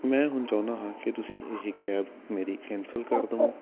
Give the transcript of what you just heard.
ਮੈਂ ਹੁਣ ਚਾਹੁੰਦਾ ਹਾਂ ਕਿ ਤੁਸੀਂ ਇਹ ਕੈਬ ਮੇਰੀ ਕੈਂਸਲ ਕਰ ਦੇਵੋ